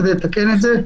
כדי לתקן את זה,